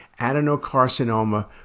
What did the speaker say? adenocarcinoma